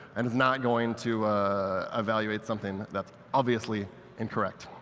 and is not going to evaluate something that's obviously incorrect.